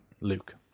Luke